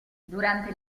durante